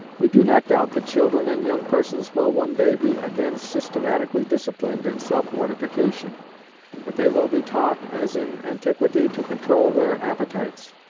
we do not doubt that children and young persons will one day be again systematically disciplined in self-mortification that they will be taught, as in antiquity, to control their appetites,